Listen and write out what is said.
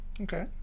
Okay